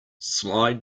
slide